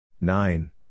Nine